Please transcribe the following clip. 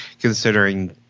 Considering